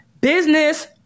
business